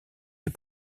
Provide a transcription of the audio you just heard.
des